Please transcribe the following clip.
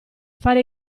fare